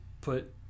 put